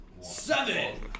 Seven